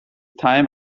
time